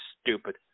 stupid